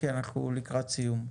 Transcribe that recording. כי אנחנו לקראת סיום.